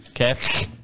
Okay